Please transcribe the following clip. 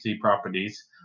properties